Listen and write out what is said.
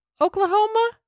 Oklahoma